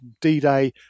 D-Day